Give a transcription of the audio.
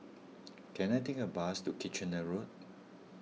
can I take a bus to Kitchener Road